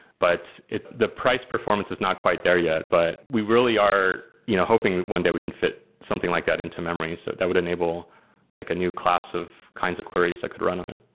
but if the price-performance is not quite there yet, but we really are you know hoping one day we can fit something like that into memory. so that would enable like a new class of kinds of queries that could run on it.